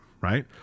right